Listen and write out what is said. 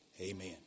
amen